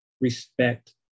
respect